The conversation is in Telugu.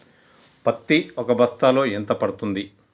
పత్తి ఒక బస్తాలో ఎంత పడ్తుంది?